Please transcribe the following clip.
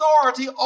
authority